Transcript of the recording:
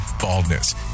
baldness